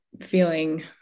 feeling